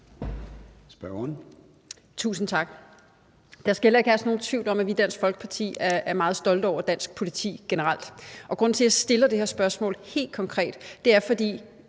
Tusind tak. Der skal heller ikke herske nogen tvivl om, at vi i Dansk Folkeparti er meget stolte over dansk politi generelt. Og grunden til, at jeg stiller det her spørgsmål helt konkret, er, at sådan